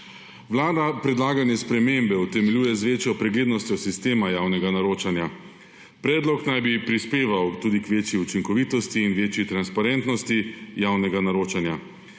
Vlada predlagane spremembe utemeljuje z večjo preglednostjo sistema javnega naročanja. Predlog naj bi prispeval tudi k večji učinkovitosti in večji transparentnosti javnega naročaja.